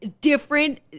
different